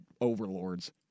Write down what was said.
overlords